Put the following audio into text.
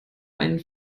einen